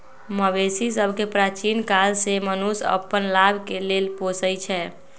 मवेशि सभके प्राचीन काले से मनुष्य अप्पन लाभ के लेल पोसइ छै